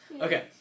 Okay